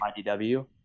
IDW